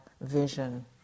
vision